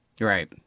right